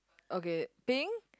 okay pink